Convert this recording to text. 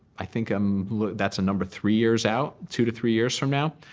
i think um that's a number three years out two to three years from now.